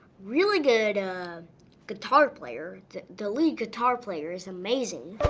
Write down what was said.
really good guitar player. the lead guitar player is amazing.